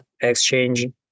exchange